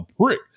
prick